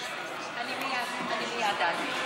אני מייד אענה.